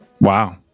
Wow